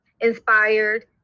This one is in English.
inspired